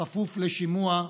בכפוף לשימוע,